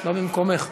לא ממקומך,